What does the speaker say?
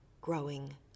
growing